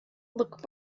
look